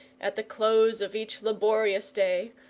at the close of each laborious day,